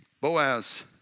Boaz